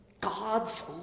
God's